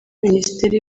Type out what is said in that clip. minisiteri